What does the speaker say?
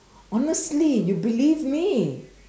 honestly you believe me